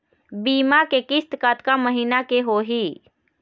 बीमा के किस्त कतका महीना के होही?